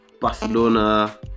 Barcelona